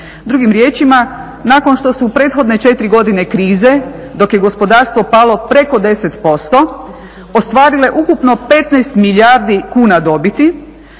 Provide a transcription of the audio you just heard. drugim riječima nakon što su prethodne četiri godine krize dok je gospodarstvo palo preko 10% ostvarile ukupno 15 milijardi kuna dobiti,